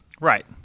Right